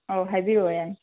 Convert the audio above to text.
ꯑꯧ ꯍꯥꯏꯕꯤꯌꯨ ꯌꯥꯅꯤ